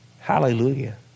Hallelujah